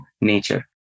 nature